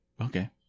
Okay